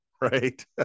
right